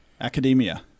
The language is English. Academia